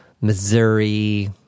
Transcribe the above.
Missouri